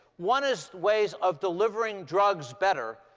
one is ways of delivering drugs better.